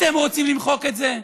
אתם רוצים למחוק את זה?